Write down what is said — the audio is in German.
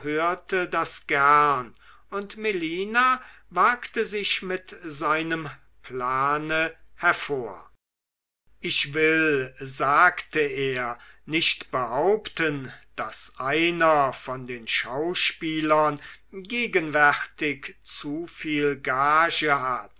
und melina wagte sich mit seinem plane hervor ich will sagte er nicht behaupten daß einer von den schauspielern gegenwärtig zu viel gage hat